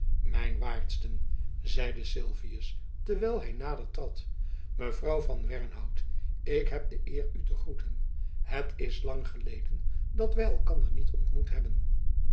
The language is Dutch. waardsten zeide sylvius terwijl hy nadertrad mevrouw van wernhout ik heb de eer u te groeten het is lang geleden dat wy elkander niet ontmoet hebben